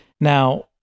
Now